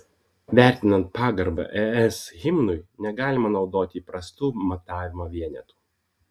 vertinant pagarbą es himnui negalima naudoti įprastų matavimo vienetų